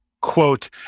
quote